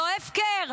לא הפקר.